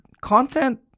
content